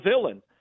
villain